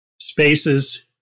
spaces